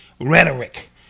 rhetoric